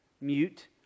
mute